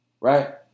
Right